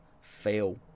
fail